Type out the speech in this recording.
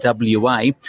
WA